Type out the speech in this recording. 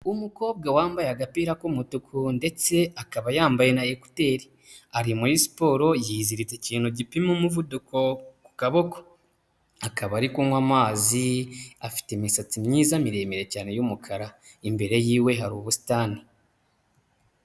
Umukobwa wambaye agapira k'umutuku ndetse akaba yambaye na ekuteri, ari muri siporo yizirika ikintu gipima umuvuduko ku kaboko, akaba ari kunywa amazi, afite imisatsi myiza miremire cyane y'umukara, imbere y'iwe hari ubusitani.